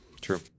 True